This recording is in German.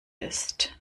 ist